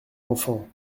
enfant